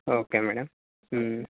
okay madam